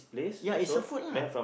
ya is a food lah